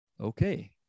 okay